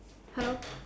hello